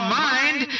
mind